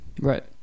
Right